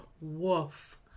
Woof